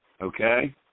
Okay